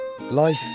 Life